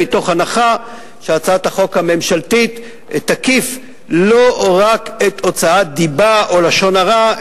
מתוך הנחה שהצעת החוק הממשלתית תקיף לא רק הוצאת דיבה או לשון הרע,